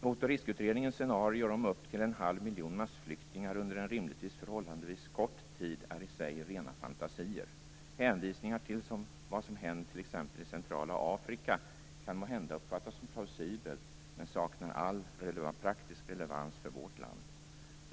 Hot och riskutredningens scenarier om upp till en halv miljon massflyktingar under en rimligtvis förhållandevis kort tid är i sig rena fantasier. Hänvisningar till vad som hänt i t.ex. centrala Afrika kan måhända uppfattas som plausibla, men saknar all praktisk relevans för vårt land.